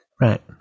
Right